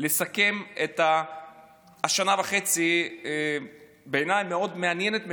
לסכם את השנה וחצי המאוד-מעניינת בעיניי,